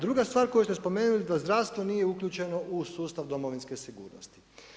Druga stvar koju ste spomenuli da zdravstvo nije uključeno u sustav domovinske sigurnosti.